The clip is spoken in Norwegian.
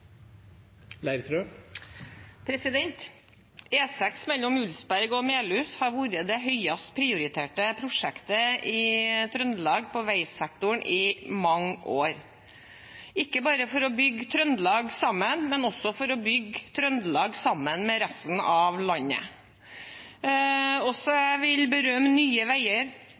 Senterpartiet. E6 mellom Ulsberg og Melhus har vært det høyest prioriterte prosjektet i Trøndelag på veisektoren i mange år – ikke bare for å bygge Trøndelag sammen, men også for å bygge Trøndelag sammen med resten av landet. Også jeg vil berømme Nye